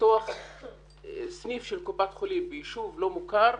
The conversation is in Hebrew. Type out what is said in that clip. לפתוח סניף של קופת חולים ביישוב לא מוכר,